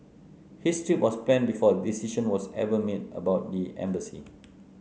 his trip was planned before a decision was ever made about the embassy